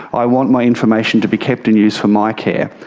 i want my information to be kept in use for my care.